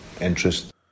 interest